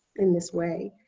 in this way.